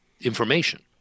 information